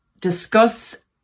discuss